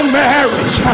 marriage